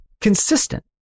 consistent